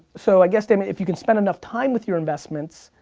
so i guess daymond, if you can spend enough time with your investments,